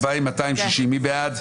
מי בעד?